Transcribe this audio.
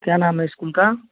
क्या नाम है इस्कूल का